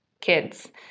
kids